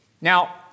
Now